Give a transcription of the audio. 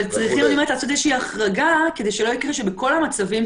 אבל צריכים לעשות איזושהי החרגה כדי שלא יקרה שבכל המצבים,